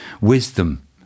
wisdom